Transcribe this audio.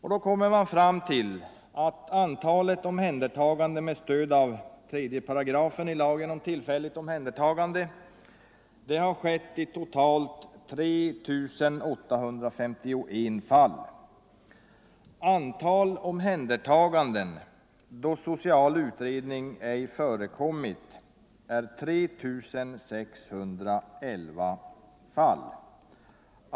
Man kommer då fram till att antalet omhändertaganden med stöd av 3 § i lagen om tillfälligt omhändertagande har skett i totalt 3 851 fall. Antalet omhändertaganden då social utredning ej förekommit är 3 611 fall.